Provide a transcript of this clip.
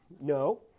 No